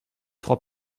trois